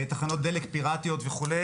תחנות דלק פיראטיות וכו'.